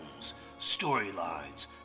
storylines